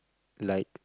like